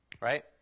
right